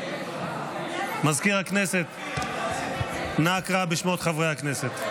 מזכיר הכנסת, נא קרא בשמות חברי הכנסת.